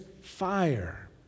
fire